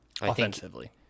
Offensively